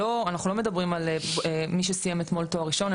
אנחנו לא מדברים על מי שסיים אתמול תואר ראשון,